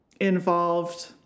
involved